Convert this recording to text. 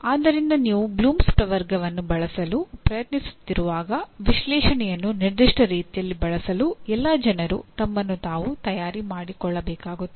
ಆದ್ದರಿಂದ ನೀವು ಬ್ಲೂಮ್ಸ್ ಪ್ರವರ್ಗವನ್ನು ಬಳಸಲು ಪ್ರಯತ್ನಿಸುತ್ತಿರುವಾಗ ವಿಶ್ಲೇಷಣೆಯನ್ನು ನಿರ್ದಿಷ್ಟ ರೀತಿಯಲ್ಲಿ ಬಳಸಲು ಎಲ್ಲಾ ಜನರು ತಮ್ಮನ್ನು ತಾವು ತಯಾರಿ ಮಾಡಿಕೊಳ್ಳಬೇಕಾಗುತ್ತದೆ